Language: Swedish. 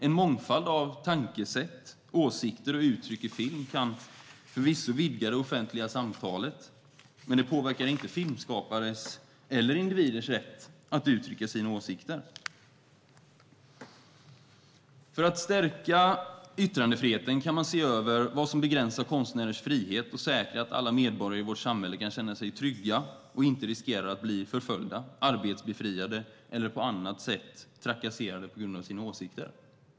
En mångfald av tankesätt, åsikter och uttryck i film kan förvisso vidga det offentliga samtalet, men det påverkar inte filmskapares eller individers rätt att uttrycka sina åsikter. För att stärka yttrandefriheten kan man se över vad som begränsar konstnärers frihet och säkra att alla medborgare i vårt samhälle kan känna sig trygga och inte riskerar att bli förföljda, arbetsbefriade eller på annat sätt trakasserade på grund av sina åsikter.